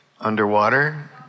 underwater